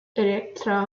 electra